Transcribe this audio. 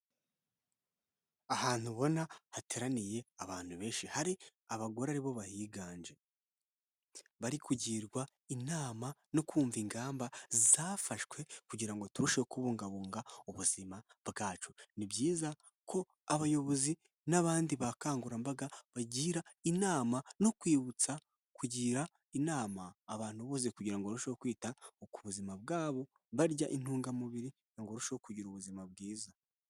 Ahantu ubona hateraniye abantu benshi hari abagore aribo bahiganje, bari kugirwa inama no kumva ingamba zafashwe kugira ngo turusheho kubungabunga ubuzima bwacu. Ni byiza ko abayobozi n'abandi bakangurambaga bagira inama no kwibutsa kugira inama abantu bose kugira ngo barusheho kwita ku buzima bwabo barya intungamubiri kugira ngo barusheho kugira ubuzima bwiza.